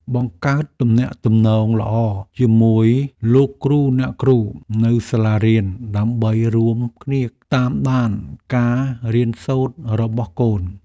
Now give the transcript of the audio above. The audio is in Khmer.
បង្កើតទំនាក់ទំនងល្អជាមួយលោកគ្រូអ្នកគ្រូនៅសាលារៀនដើម្បីរួមគ្នាតាមដានការរៀនសូត្ររបស់កូន។